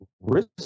risk